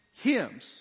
hymns